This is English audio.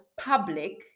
public